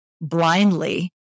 blindly